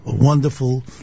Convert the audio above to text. wonderful